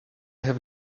have